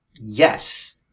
yes